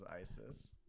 ISIS